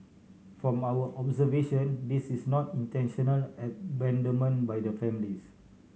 from our observations this is not intentional abandonment by the families